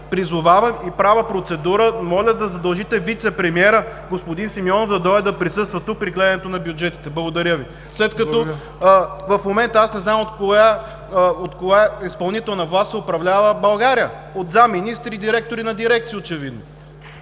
призовавам и правя процедура – моля да задължите вицепремиера, господин Симеонов, да дойде да присъства тук при гледането на бюджетите. В момента не знаем от коя изпълнителна власт се управлява България. От заместник-министри и директори на дирекции очевидно.